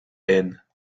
haine